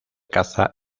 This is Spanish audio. caza